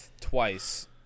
twice